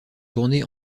tournée